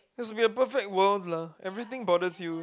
has to be a perfect world lah everything bothers you